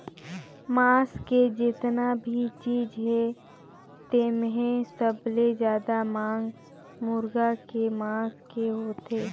मांस के जेतना भी चीज हे तेम्हे सबले जादा मांग मुरगा के मांस के होथे